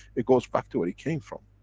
it goes back to where it came from.